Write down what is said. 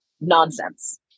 nonsense